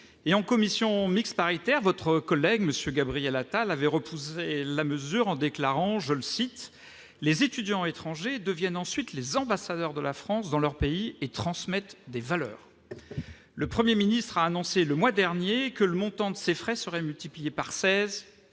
de la commission mixte paritaire, votre collègue Gabriel Attal avait repoussé la mesure en déclarant :« Les étudiants étrangers deviennent ensuite les ambassadeurs de la France dans leur pays et transmettent des valeurs. » Le Premier ministre a annoncé, le mois dernier, que le montant de ces frais serait multiplié par